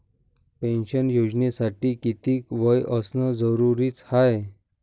Pension योजनेसाठी कितीक वय असनं जरुरीच हाय?